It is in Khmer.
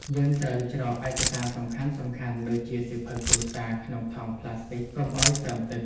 យើងត្រូវច្រកឯកសារសំខាន់ៗដូចជាសៀវភៅគ្រួសារក្នុងថង់ប្លាស្ទិកកុំឱ្យសើមទឹក។